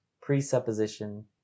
presupposition